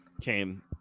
came